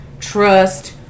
trust